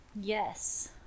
yes